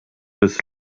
des